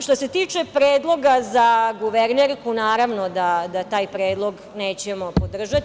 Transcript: Što se tiče predloga za guvernerku, naravno da taj predlog nećemo podržati.